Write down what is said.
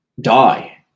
die